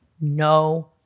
no